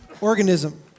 organism